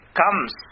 comes